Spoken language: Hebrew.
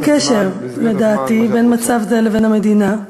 אין קשר, לדעתי, בין מצב זה לבין המדינה,